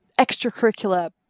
extracurricular